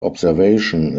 observation